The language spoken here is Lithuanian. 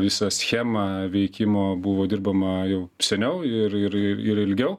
visą schemą veikimo buvo dirbama jau seniau ir ir ir ilgiau